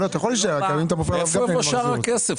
מאיפה יבוא שאר הכסף?